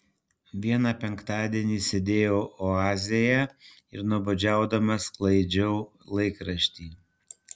vieną penktadienį sėdėjau oazėje ir nuobodžiaudama sklaidžiau laikraštį